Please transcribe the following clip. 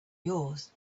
yours